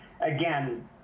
again